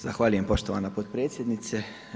Zahvaljujem poštovana potpredsjednice.